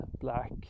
black